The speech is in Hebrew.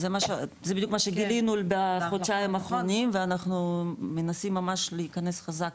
זה בדיוק מה שגילנו בחודשיים האחרונים ואנחנו מנסים ממש להיכנס חזק,